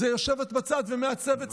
זה יושבת בצד ומעצבת שמלות.